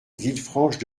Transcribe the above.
villefranche